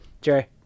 jerry